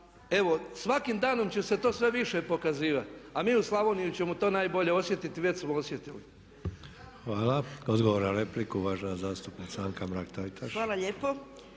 evo svakim danom će se to sve više pokazivati. A mi u Slavoniji ćemo to najbolje osjetiti i već smo osjetili.